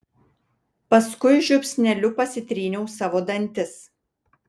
paskui žiupsneliu pasitryniau savo dantis